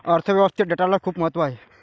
अर्थ व्यवस्थेत डेटाला खूप महत्त्व आहे